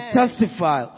testify